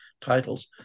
titles